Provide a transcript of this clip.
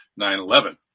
9-11